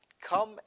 come